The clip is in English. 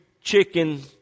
chicken